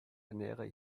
ernähre